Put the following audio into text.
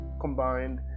combined